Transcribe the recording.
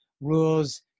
rules